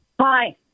Hi